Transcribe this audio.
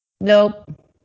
Nope